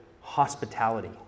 hospitality